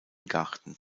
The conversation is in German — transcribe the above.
garten